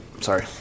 sorry